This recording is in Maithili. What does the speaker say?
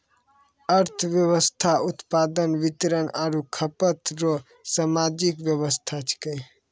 अर्थव्यवस्था उत्पादन वितरण आरु खपत रो सामाजिक वेवस्था छिकै